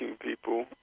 people